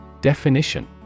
Definition